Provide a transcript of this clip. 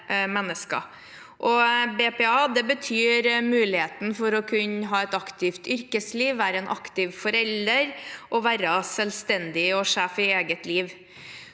BPA betyr muligheten for å kunne ha et aktivt yrkesliv, være en aktiv forelder og å være selvstendig og sjef i eget liv.